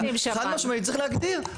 חד משמעית צריך להגדיר.